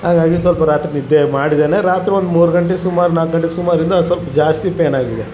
ಹಾಗಾಗಿ ಸ್ವಲ್ಪ ರಾತ್ರಿ ನಿದ್ದೆ ಮಾಡಿದಾನೆ ರಾತ್ರಿ ಒಂದು ಮೂರು ಗಂಟೆ ಸುಮಾರು ನಾಲ್ಕು ಗಂಟೆ ಸುಮಾರಿಂದ ಸ್ವಲ್ಪ್ ಜಾಸ್ತಿ ಪೇಯ್ನ್ ಆಗಿದೆ